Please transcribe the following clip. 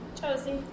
Josie